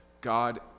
God